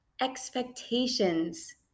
expectations